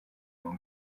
ngo